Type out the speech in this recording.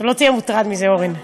שלא תהיה מוטרד מזה, אורן.